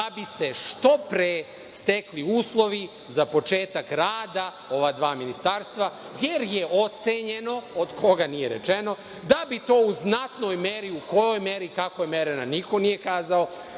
da bi se što pre stekli uslovi za početak rada ova dva ministarstva, jer je ocenjeno, od koga nije rečeno, da bi to u znatnoj meri, u kojoj meri, kako je mereno niko nije kazao,